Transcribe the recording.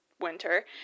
winter